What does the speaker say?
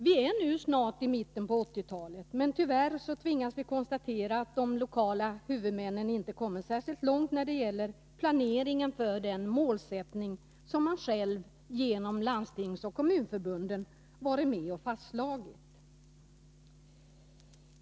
Vi är nu snart i mitten på 1980-talet, men tyvärr tvingas vi konstatera att de lokala huvudmännen inte har kommit särskilt långt när det gäller planeringen för den målsättning som de själva genom Landstingsförbundet och Kommunförbundet varit med och fastslagit.